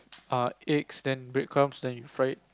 err eggs then breadcrumbs then you fry it